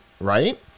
right